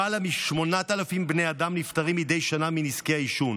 למעלה מ-8,000 בני אדם נפטרים מדי שנה מנזקי העישון.